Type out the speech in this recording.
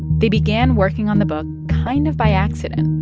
they began working on the book kind of by accident,